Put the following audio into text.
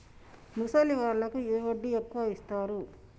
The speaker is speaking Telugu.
ముసలి వాళ్ళకు ఏ వడ్డీ ఎక్కువ ఇస్తారు?